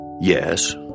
Yes